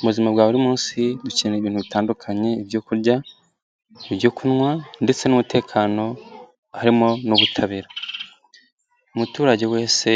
Mu buzima bwa buri munsi dukeneye ibintu bitandukanye, ibyoku kurya, ibyo kunywa ndetse n'umutekano harimo n'ubutabera. Umuturage wese